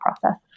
process